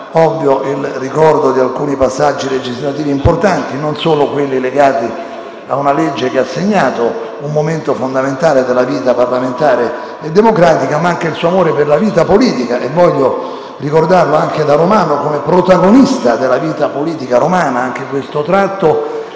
Ovvio il ricordo di alcuni passaggi legislativi importanti, non solo legati a una legge che ha segnato un momento fondamentale della vita parlamentare e democratica, ma anche del suo amore per la vita politica. Voglio ricordarlo, anche da romano, come protagonista della vita politica romana; anche questo tratto